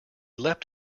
leapt